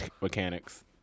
mechanics